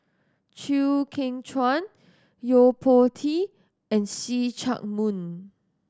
Chew Kheng Chuan Yo Po Tee and See Chak Mun